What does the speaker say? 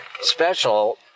special